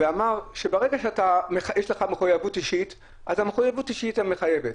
שברגע שיש לך מחויבות אישית אז המחויבות האישית מחייבת,